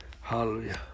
hallelujah